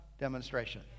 demonstration